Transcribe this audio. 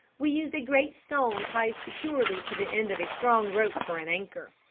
we used a great stone tied securely to the end of a strong rope for an anchor.